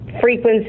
frequency